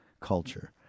culture